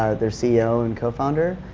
ah there ceo and co-founder.